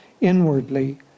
inwardly